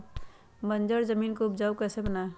बंजर जमीन को उपजाऊ कैसे बनाय?